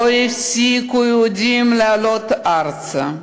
לא הפסיקו יהודים לעלות ארצה.